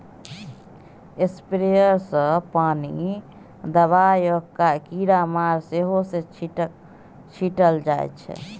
sprayer सँ पानि, दबाइ आ कीरामार सेहो छीटल जाइ छै